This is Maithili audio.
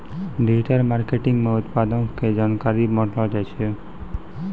डिजिटल मार्केटिंग मे उत्पादो के जानकारी बांटलो जाय छै